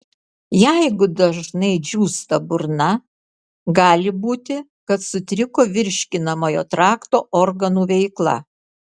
jeigu dažnai džiūsta burna gali būti kad sutriko virškinamojo trakto organų veikla